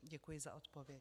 Děkuji za odpověď.